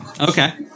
Okay